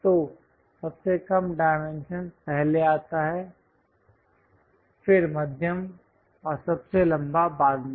तो सबसे कम डायमेंशन पहले आता है फिर मध्यम और सबसे लंबा बाद में